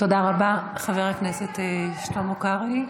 תודה רבה, חבר הכנסת שלמה קרעי.